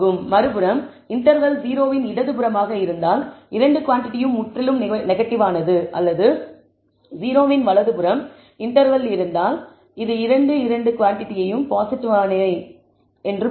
மறுபுறம் இன்டர்வெல் 0 இன் இடதுபுறமாக இருந்தால் இரண்டு குவாண்டிடியும் முற்றிலும் நெகட்டிவானது அல்லது 0 இன் வலதுபுறம் இன்டர்வெல் இருந்தால் இந்த இரண்டு குவாண்டிடியும் பாசிட்டிவானவை என்று பொருள்